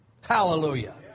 Hallelujah